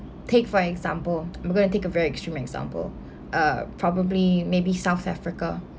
take for example we're gonna take a very extreme example uh probably maybe south-africa